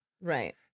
Right